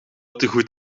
tegoed